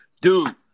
Dude